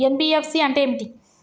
NBFC అంటే ఏమిటి?